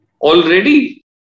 Already